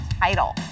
title